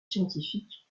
scientifiques